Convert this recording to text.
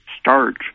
starch